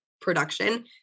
production